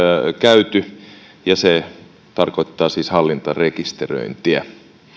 käyty ja se tarkoittaa siis hallintarekisteröintiä